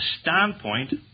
standpoint